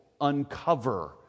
uncover